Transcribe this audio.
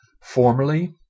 Formerly